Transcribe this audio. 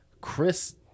Chris